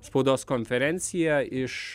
spaudos konferenciją iš